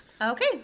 Okay